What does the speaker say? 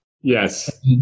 Yes